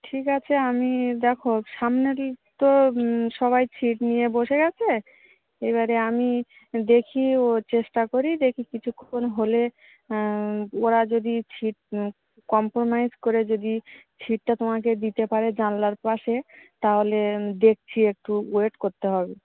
ঠিক আছে আমি দেখো সামনের তো সবাই সীট নিয়ে বসে গিয়েছে এবারে আমি দেখি ও চেষ্টা করি দেখি কিছুক্ষণ হলে ওরা যদি সীট কম্প্রোমাইস করে যদি সীটটা তোমাকে দিতে পারে জানলার পাশে তাহলে দেখছি একটু ওয়েট করতে হবে